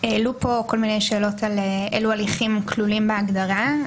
העלו פה כל מיני שאלות על אלו הליכים כלולים בהגדרה.